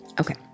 okay